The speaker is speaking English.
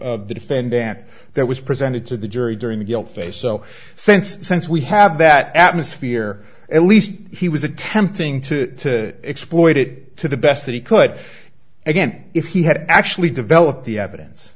the defendant that was presented to the jury during the guilt phase so since since we have that atmosphere at least he was attempting to exploit it to the best that he could again if he had actually developed the evidence